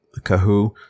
Kahu